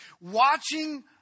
watching